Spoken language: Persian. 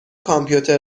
کامپیوتر